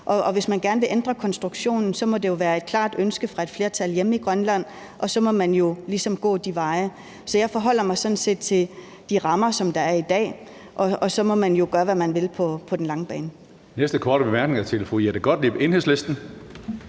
Og hvis man gerne vil ændre konstruktionen, må det jo være et klart ønske fra et flertal hjemme i Grønland, og så må man jo ligesom gå de veje. Så jeg forholder mig sådan set til de rammer, der er i dag, og så må man jo gøre, hvad man vil, på den lange bane.